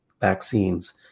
vaccines